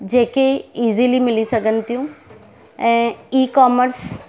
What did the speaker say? जेके इज़ीली मिली सघनि थियूं ऐं ई कॉमर्स